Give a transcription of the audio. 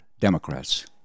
Democrats